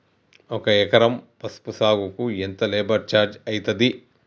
ఒక ఎకరం పసుపు సాగుకు ఎంత లేబర్ ఛార్జ్ అయితది?